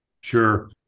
Sure